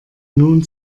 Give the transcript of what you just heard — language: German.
nun